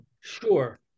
Sure